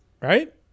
right